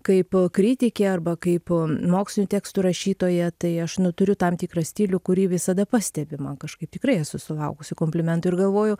kaip kritikė arba kaip mokslinių tekstų rašytoja tai aš nu turiu tam tikrą stilių kurį visada pastebi man kažkaip tikrai esu sulaukusi komplimentų ir galvoju